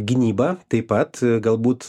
gynyba taip pat galbūt